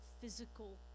physical